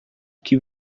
que